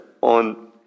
on